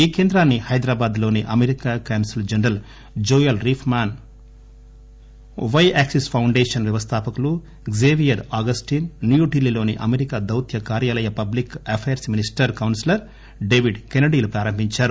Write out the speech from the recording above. ఈ కేంద్రాన్ని హైదరాబాద్ లోని America consul general Joel Reifman పై యాక్సిస్ ఫౌండేషస్ వ్యవస్థాపకులు జేవియర్ అగస్టిస్ న్యూఢిల్లీలోని అమెరికా దౌత్య కార్యాలయ public affairs minister counsellor David Kennedy లు ప్రారంభించారు